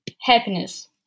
Happiness